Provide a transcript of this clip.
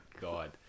god